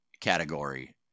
category